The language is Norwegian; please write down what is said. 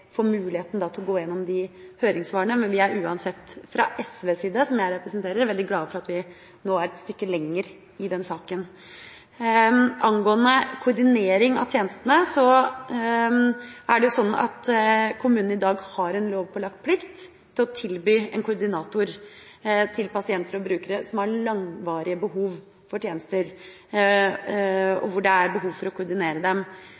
til å gå gjennom høringssvarene. Vi er uansett fra SVs side, som jeg representerer, veldig glad for at vi nå er et stykke lenger i den saken. Angående koordinering av tjenestene er det sånn at kommunene i dag har en lovpålagt plikt til å tilby en koordinator til pasienter og brukere som har langvarige behov for tjenester, og som har behov for å koordinere dem.